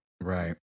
right